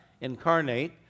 incarnate